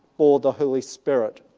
or the holy spirit.